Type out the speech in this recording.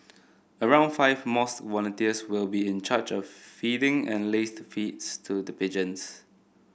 around five mosque volunteers will be in charge of feeding and laced feeds to the pigeons